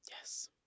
Yes